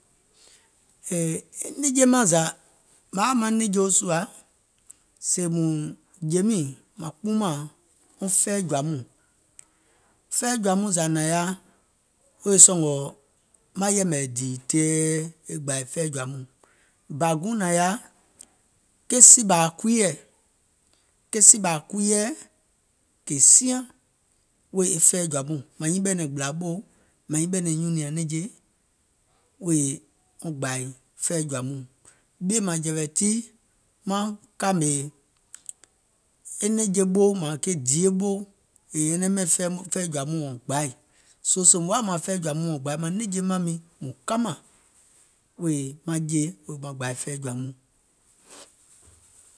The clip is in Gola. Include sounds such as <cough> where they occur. Èè èè, maŋ nɛ̀ŋje mȧŋ zȧ mȧŋ yaȧ maŋ nɛ̀ŋjeo sùȧ, sèè mùŋ jè miìŋ maŋ kpuumȧŋ wɔŋ fɛɛ̀ jɔ̀ȧ mɔɔ̀ŋ, wɔŋ fɛɛ̀ jɔ̀ȧ mɔɔ̀ŋ zȧ nȧŋ yaȧ, wèè maŋ yɛ̀mɛ̀e dìì tɛ̀ɛɛ e gbȧì fɛɛ̀ jɔ̀ȧ mɔɔ̀ŋ, e bȧ guùŋ nȧŋ yaȧ, ki sìɓȧȧ kuiɛ̀, ke sìɓȧȧ kuiɛ̀, kè siaŋ wèè e fɛɛ̀ jɔ̀ȧ mɔɔ̀ŋ, mȧŋ nyiŋ ɓɛ̀nɛ̀ŋ gbìlà ɓòù, mȧŋ nyiŋ ɓɛ̀nɛ̀ŋ nyùnìȧŋ nɛ̀ŋje wèè wɔŋ gbȧì fɛɛ̀ jɔ̀ȧ mɔɔ̀ŋ, ɓìèmȧŋjɛ̀wɛ̀ tii, maŋ kȧmè e nɛ̀ŋje ɓou mȧȧŋ ke die ɓou, è nyɛnɛŋ ɓɛìŋ wɔŋ fɛɛ̀ jɔ̀ȧ mɔɔ̀ŋ wɔŋ gbaì, soo sèèùm woȧ mȧȧŋ wɔŋ fɛɛ̀ jɔ̀ȧ mɔɔ̀ŋ wɔŋ gbaì maŋ nɛ̀ŋje mȧŋ miiŋ mùŋ kamȧŋ wèè maŋ jè wèè maŋ gbàì fɛɛ̀ jɔ̀ȧ mɔɔ̀ŋ. <noise>